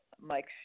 Mike